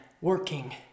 working